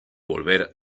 volver